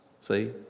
See